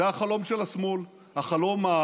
זה החלום של השמאל, החלום,